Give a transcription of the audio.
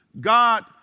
God